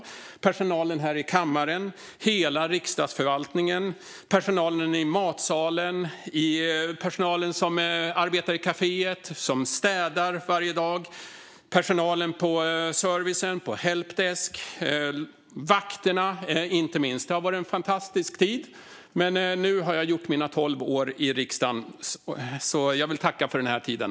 Det är personalen här i kammaren, hela Riksdagsförvaltningen, personalen i matsalen, personalen som arbetar i kaféet, personalen som städar varje dag, personalen på servicedesk och helpdesk och inte minst vakterna. Det har varit en fantastisk tid. Nu har jag gjort mina tolv år i riksdagen. Jag vill tacka för den här tiden.